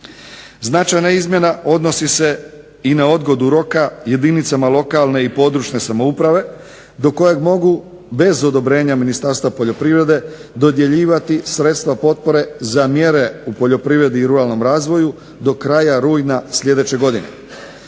Značajna izmjena odnosi se i na odgodu roka jedinicama lokalne i područne samouprave do kojeg mogu bez odobrenja Ministarstva poljoprivrede dodjeljivati sredstva potpore za mjere u poljoprivredi i ruralnom razvoju do kraja rujna sljedeće godine.